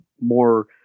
more